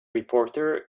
reporter